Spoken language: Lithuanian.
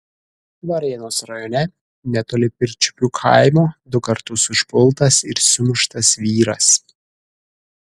varėnos rajone netoli pirčiupių kaimo du kartus užpultas ir sumuštas vyras